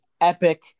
epic